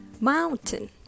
Mountain